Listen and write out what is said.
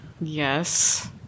Yes